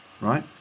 Right